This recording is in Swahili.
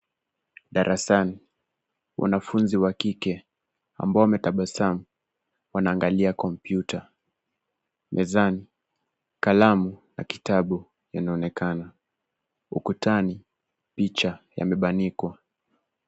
Darasani wanafunzi wa kike ambao wametabasamu wanaangalia kompyuta. Mezani kalamu na kitabu vinaonekana. Ukutani picha yamebandikwa.